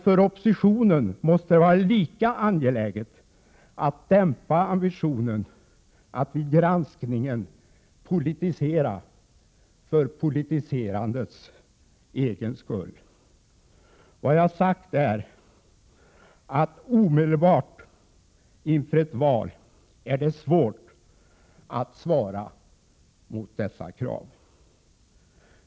För oppositionen måste det vara lika angeläget att dämpa ambitionen att i granskningen politisera för politiserandets egen skull. Vad jag sagt är att omedelbart inför ett val är det svårt att svara mot dessa krav.